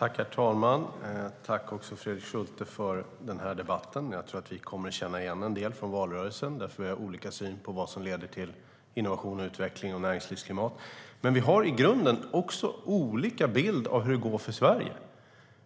Herr talman! Jag tackar Fredrik Schulte för interpellationen. Jag tror att vi i debatten kommer att känna igen en del från valrörelsen. Vi har olika syn på vad som leder till innovationer, utveckling och ett gott näringslivsklimat. Men vi har i grunden också olika bild av hur det går för Sverige.